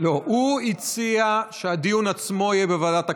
הוא הציע שהדיון עצמו יהיה בוועדת הכנסת.